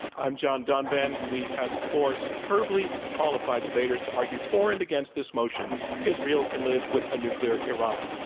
i'm john donvan. we have four superbly qualified debaters to argue for and against this motion israel can live with a nuclear iran.